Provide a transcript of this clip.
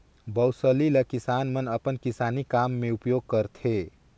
बउसली ल किसान मन अपन किसानी काम मे उपियोग करथे